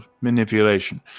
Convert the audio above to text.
manipulation